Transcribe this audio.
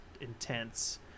Intense